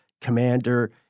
commander